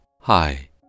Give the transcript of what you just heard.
Hi